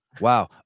Wow